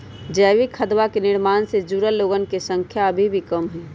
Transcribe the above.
जैविक खदवा के निर्माण से जुड़ल लोगन के संख्या अभी भी कम हई